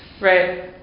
Right